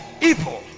evil